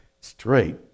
straight